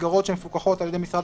מקבצי דיור שמפעיל משרד